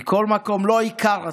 מכל מקום לא עיקר הצרה,